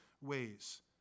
ways